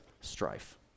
strife